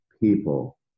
people